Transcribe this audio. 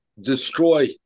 destroy